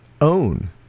own